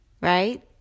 right